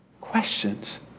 Questions